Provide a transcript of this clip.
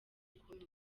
kumwe